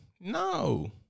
No